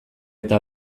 eta